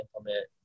implement